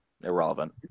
irrelevant